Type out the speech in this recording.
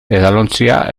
edalontzia